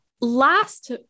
last